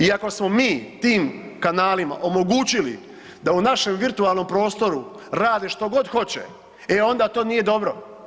I ako smo mi tim kanalima omogućili da u našem virtualnom prostoru rade što god hoće, e onda to nije dobro.